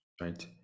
right